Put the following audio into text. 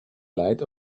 light